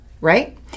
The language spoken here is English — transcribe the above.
right